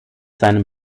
seinem